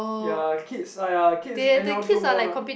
ya kids (aiya) kids anyhow throw ball [one] ah